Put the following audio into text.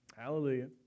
Hallelujah